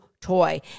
toy